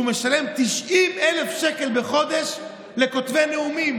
משלם 90,000 שקל בחודש לכותבי נאומים.